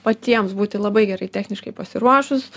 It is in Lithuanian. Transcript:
patiems būti labai gerai techniškai pasiruošus